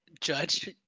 judge